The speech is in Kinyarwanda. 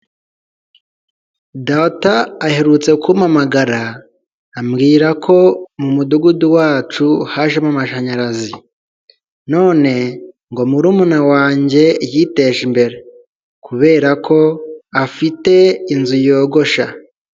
Data aherutse kumpamagara ambwira ko mu mudugudu wacu hajemo amashanyarazi, none ngo murumuna wanjye yiteje imbere kubera ko afite inzu yogosha.